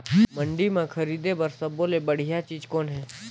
मंडी म खरीदे बर सब्बो ले बढ़िया चीज़ कौन हे?